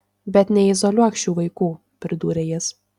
bet neizoliuok šių vaikų pridūrė jis